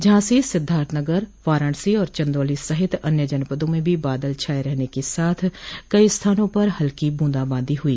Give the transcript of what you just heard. झांसी सिद्धार्थनगर वाराणसी और चन्दौली सहित अन्य जनपदों में भी बादल छाये रहने के साथ कई स्थानों पर हल्की बूंदबांदी हुई